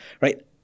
right